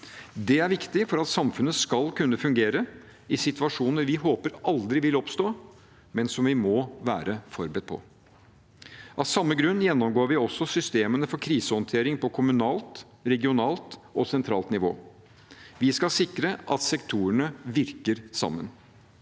Det er viktig for at samfunnet skal kunne fungere i situasjoner vi håper aldri vil oppstå, men som vi må være forberedt på. Av samme grunn gjennomgår vi også systemene for krisehåndtering på kommunalt, regionalt og sentralt nivå. Vi skal sikre at sektorene virker sammen.